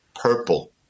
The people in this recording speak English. purple